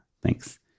Thanks